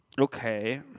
Okay